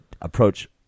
approach